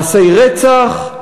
מעשי רצח,